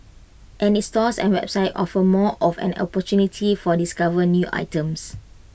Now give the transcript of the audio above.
and its stores and website offer more of an opportunity for discover new items